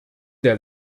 der